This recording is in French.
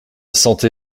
santé